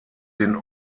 den